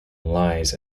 lies